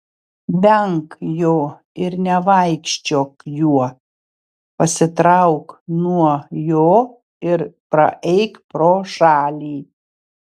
venk jo ir nevaikščiok juo pasitrauk nuo jo ir praeik pro šalį